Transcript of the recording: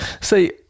see